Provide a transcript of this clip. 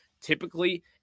typically